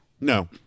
No